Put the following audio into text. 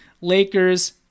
Lakers